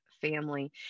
family